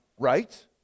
Right